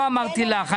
לא אמרתי לך.